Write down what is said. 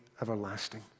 everlasting